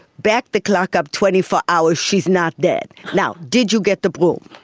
back the clock up twenty four hours, she's not dead. now, did you get the broom?